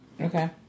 Okay